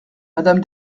madame